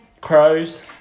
Crows